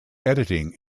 editing